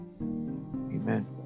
Amen